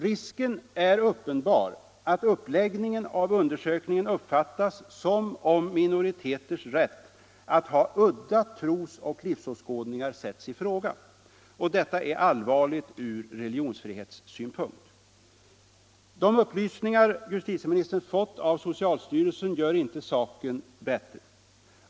Risken är uppenbar att uppläggningen av undersökningen uppfattas som om minoriteters rätt att ha ”udda” trosoch livsåskådningar sätts i fråga. Detta är allvarligt ur religionsfrihetssynpunkt. De upplysningar justitieministern fått av socialstyrelsen gör inte saken bättre.